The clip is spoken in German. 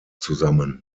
zusammen